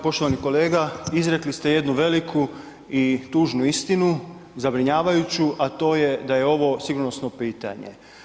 Poštovani kolega izrekli ste jednu veliku i tužnu istinu, zabrinjavajuću a to je da je ovo sigurnosno pitanje.